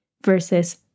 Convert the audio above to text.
versus